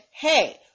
Hey